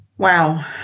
Wow